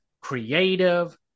Creative